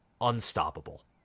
Unstoppable